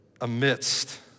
Amidst